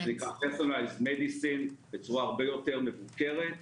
בצורה הרבה יותר מבוקרת.